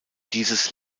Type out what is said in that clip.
dieses